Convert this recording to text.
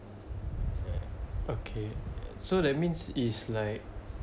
okay uh so that means it's like